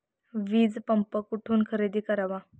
वीजपंप कुठून खरेदी करावा?